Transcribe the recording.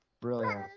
Brilliant